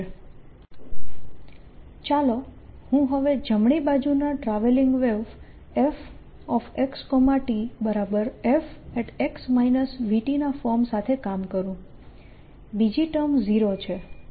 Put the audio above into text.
fxtfx0t xv fxtfx0txv ચાલો હું હવે જમણી બાજુના ટ્રાવેલીંગ વેવ fxtf ના ફોર્મ સાથે કામ કરું બીજી ટર્મ 0 છે